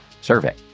survey